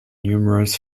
numerous